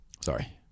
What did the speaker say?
Sorry